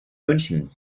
münchen